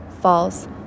false